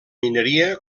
mineria